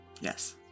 Yes